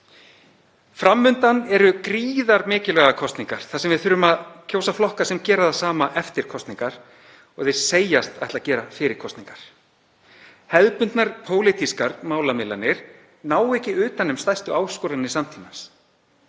Fram undan eru gríðarmikilvægar kosningar þar sem við þurfum að kjósa flokka sem gera það sama eftir kosningar og þeir segjast ætla að gera fyrir kosningar. Hefðbundnar pólitískar málamiðlanir ná ekki utan um stærstu áskoranir samtímans.